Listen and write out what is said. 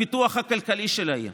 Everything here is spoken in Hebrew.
הפיתוח הכלכלי של העיר,